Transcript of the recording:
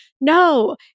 no